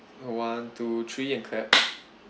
one two three and clap